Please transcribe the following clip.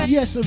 Yes